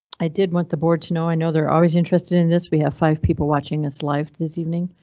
i did want the board to know i know they're always interested in this. we have five people watching his life this evening.